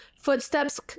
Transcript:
Footsteps